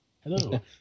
Hello